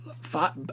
five